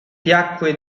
piacque